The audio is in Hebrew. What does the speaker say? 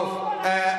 בסדר.